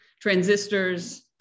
transistors